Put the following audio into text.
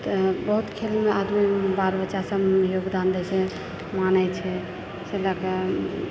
तऽ बहुत खेलमे आदमी बाल बच्चा सभ योगदान दए छै मानै छै से लए कऽ